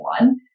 one